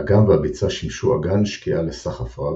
האגם והביצה שימשו אגן שקיעה לסחף רב,